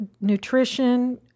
nutrition